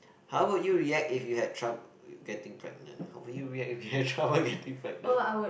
how would you react if you had trouble getting pregnant how would you react if you had trouble getting pregnant